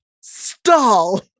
Stall